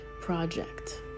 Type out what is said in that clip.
project